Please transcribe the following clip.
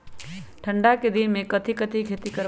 ठंडा के दिन में कथी कथी की खेती करवाई?